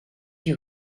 you